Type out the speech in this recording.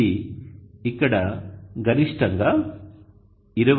ఇది ఇక్కడ గరిష్టంగా 23